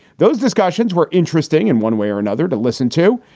those discussions were interesting in one way or another to listen to,